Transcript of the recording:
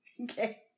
Okay